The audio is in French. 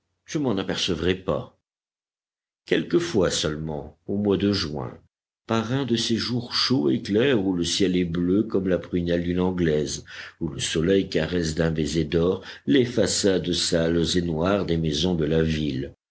je ne m'en apercevrais pas quelquefois seulement au mois de juin par un de ces jours chauds et clairs où le ciel est bleu comme la prunelle d'une anglaise où le soleil caresse d'un baiser d'or les façades sales et noires des maisons de la ville